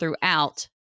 throughout